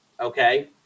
okay